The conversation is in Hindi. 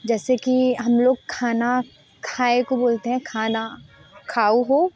जैसे कि हम लोग खाना खाए को बोलते हैं खाना खाऊ हो